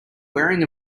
wearing